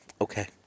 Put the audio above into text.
Okay